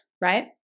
right